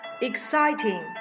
exciting